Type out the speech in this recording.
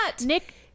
nick